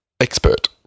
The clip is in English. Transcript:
expert